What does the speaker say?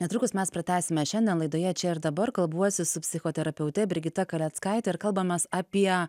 netrukus mes pratęsime šiandien laidoje čia ir dabar kalbuosi su psichoterapeute brigita kaleckaite ir kalbamės apie